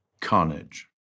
carnage